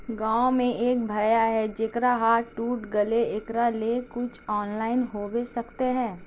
गाँव में एक भैया है जेकरा हाथ टूट गले एकरा ले कुछ ऑनलाइन होबे सकते है?